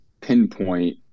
pinpoint